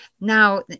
now